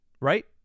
right